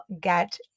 get